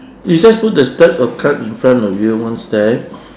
you just put the stack of card in front of you one stack